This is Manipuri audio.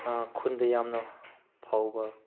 ꯈꯨꯟꯗ ꯌꯥꯝꯅ ꯐꯥꯎꯕ